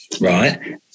right